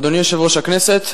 אדוני יושב-ראש הכנסת,